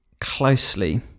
closely